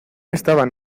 estaban